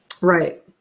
Right